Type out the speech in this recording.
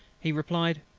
he replied,